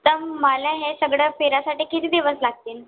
तर मला हे सगळं फिरायसाठी किती दिवस लागतील